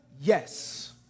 Yes